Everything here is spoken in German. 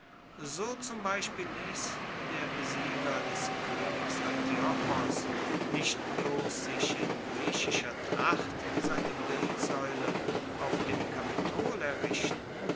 so zum beispiel liess der besieger des koenigs antiochos nicht bloss sich in griechischer tracht seine bildsaeule auf dem kapitol errichten